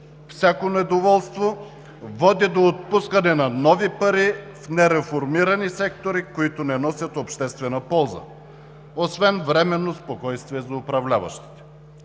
всяко недоволство води до отпускане на нови пари в нереформирани сектори, които не носят обществена полза освен временно спокойствие за управляващите.